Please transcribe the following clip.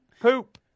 Poop